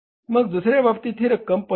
मग दुसर्या बाबतीत ही रक्कम 25